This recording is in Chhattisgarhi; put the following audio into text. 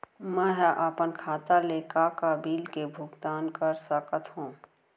मैं ह अपन खाता ले का का बिल के भुगतान कर सकत हो